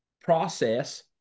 process